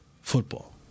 football